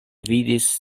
vidis